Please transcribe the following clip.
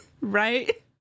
Right